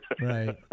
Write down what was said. right